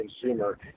consumer